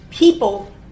People